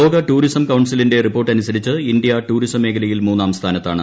ലോക ടൂറിസം കൌൺസിലിന്റെ റിപ്പോർട്ടനുസരിച്ച് ഇന്ത്യ ടൂറിസം മേഖലയിൽ മൂന്നാം സ്ഥാനത്താണ്